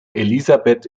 elisabeth